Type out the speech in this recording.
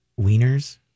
Wieners